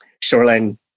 shoreline